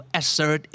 assert